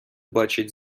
бачать